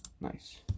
nice